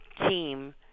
Team